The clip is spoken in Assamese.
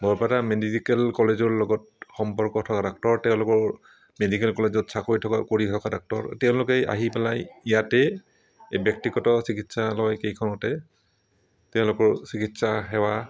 বৰপেটা মেডিকেল কলেজৰ লগত সম্পৰ্ক থকা ডাক্তৰ তেওঁলোকৰ মেডিকেল কলেজত চাকৰি কৰি থকা ডাক্তৰ তেওঁলোকে আহি পেলাই ইয়াতে এই ব্যক্তিগত চিকিৎসালয়কেইখনতে তেওঁলোকৰ চিকিৎসা সেৱা